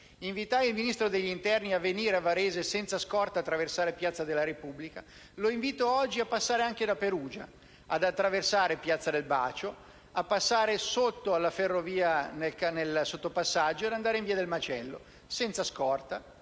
Invitai il Ministro dell'interno a venire a Varese senza scorta e ad attraversare piazza della Repubblica. Oggi lo invito a passare anche da Perugia, ad attraversare piazza del Bacio, a passare sotto la ferrovia nel sottopasso e ad andare in via del Macello, senza scorta,